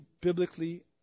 biblically